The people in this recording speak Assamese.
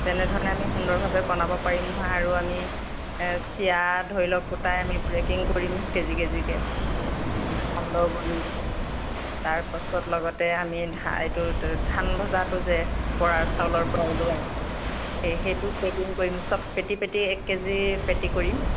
তেনেধৰণে আমি সুন্দৰভাৱে বনাব পাৰিম নহয় আৰু আমি চিৰা ধৰি লওক কোটাই আমি পেকিং কৰিম কেজি কেজিকৈ সান্দহ গুড়ি তাৰপাছত লগতে আমি ধা এইটোতো ধান ভজাটো যে বৰা চাউলৰপৰা ওলাই সেইটো পেকিং কৰিম চব পেতি পেতি এক কেজি পেতি কৰিম